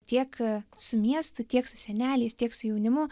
tiek su miestu tiek su seneliais tiek su jaunimu